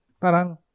Parang